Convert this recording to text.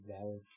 valid